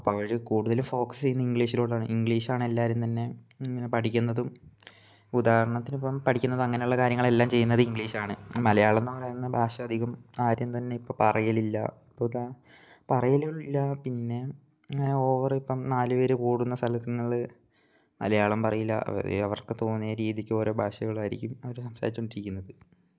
അപ്പം അവർ കൂടുതൽ ഫോക്കസ് ചെയ്യുന്നത് ഇങ്ക്ലീഷിലോട്ടാണ് ഇങ്ക്ലീഷാണെല്ലാവരും തന്നെ ഇങ്ങനെ പഠിക്കുന്നതും ഉദാഹരണത്തിന് ഇപ്പം പഠിക്കുന്നത് അങ്ങനുള്ള കാര്യങ്ങൾ എല്ലാം ചെയ്യുന്നത് ഇങ്ക്ലീഷാണ് മലയാളം എന്ന് പറയുന്ന ഭാഷ അധികം ആരും തന്നെ ഇപ്പം പറയലില്ല പോട്ടേ പറയലും ഇല്ല പിന്നെ അങ്ങനെ ഓവറ് ഇപ്പം നാല് പേര് കൂടുന്ന സ്ഥലത്ത് ഞങ്ങൾ മലയാളം പറയില്ല അവർ അവര്ക്ക് തോന്നിയ രീതിക്ക് ഓരോ ഭാഷകളായിരിക്കും അവർ സംസാരിച്ചോണ്ടിരിക്കുന്നത്